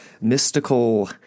mystical